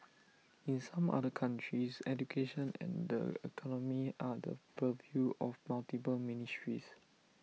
in some other countries education and the economy are the purview of multiple ministries